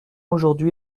aujourd’hui